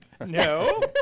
No